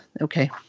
okay